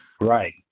right